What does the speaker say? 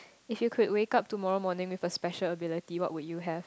if you could wake up tomorrow morning with a special ability what would you have